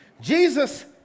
Jesus